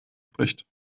spricht